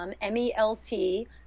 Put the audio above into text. m-e-l-t